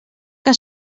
que